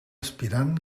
aspirant